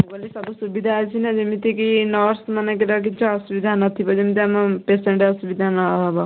ମୁଁ କହିଲି ସବୁ ସୁବିଧା ଅଛି ନା ଯେମିତି କି ନର୍ସ ମାନଙ୍କର କିଛି ଅସୁବିଧା ନଥିବେ ଯେମିତି ଆମ ପ୍ୟାସେଣ୍ଟ ଅସୁବିଧା ନହେବ